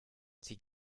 sie